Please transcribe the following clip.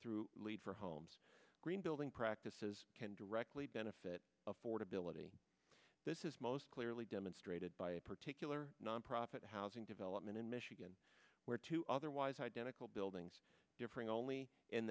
through lead for homes green building practices can directly benefit affordability this is most clearly demonstrated by a particular nonprofit housing development in michigan where two otherwise identical buildings differing all only in